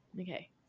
Okay